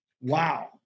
Wow